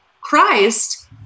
Christ